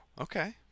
Okay